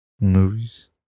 movies